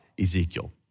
Ezekiel